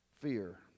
Fear